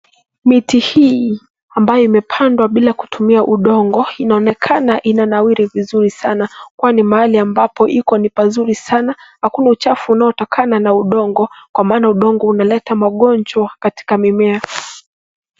Miti hii ambayo imepandwa bila kutumia udongo inaonekana ina nawiri vizuri sana kwani mahali ambapo iko ni pazuri sana, hakuna uchafu unaotokana na udongo kwa maana udongo unaleta magonjwa katika mimea.